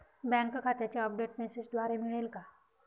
Bank खात्याचे update मेसेजद्वारे मिळेल का?